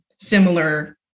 similar